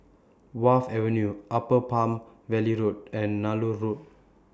Wharf Avenue Upper Palm Valley Road and Nallur Road